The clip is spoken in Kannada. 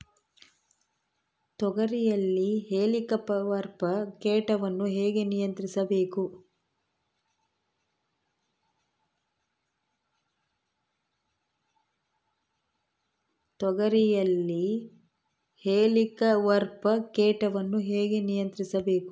ತೋಗರಿಯಲ್ಲಿ ಹೇಲಿಕವರ್ಪ ಕೇಟವನ್ನು ಹೇಗೆ ನಿಯಂತ್ರಿಸಬೇಕು?